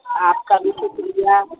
آپ کا بھی شُکریہ